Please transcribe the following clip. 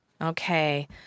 Okay